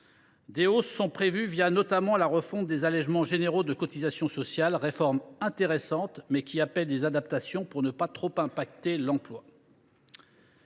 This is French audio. Des hausses sont prévues notamment la refonte des allégements généraux de cotisations sociales – c’est une réforme intéressante, mais qui appelle des adaptations pour ne pas trop affecter l’emploi.